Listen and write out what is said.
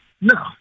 no